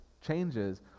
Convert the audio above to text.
changes